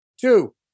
two